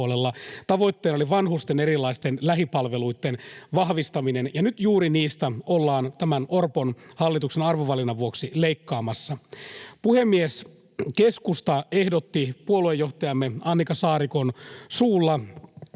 Tavoitteena oli vanhusten erilaisten lähipalveluitten vahvistaminen, ja nyt juuri niistä ollaan tämän Orpon hallituksen arvovalinnan vuoksi leikkaamassa. Puhemies! Keskusta ehdotti puoluejohtajamme Annika Saarikon suulla